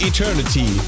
Eternity